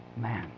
man